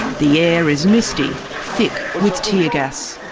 the air is misty, thick with tear gas.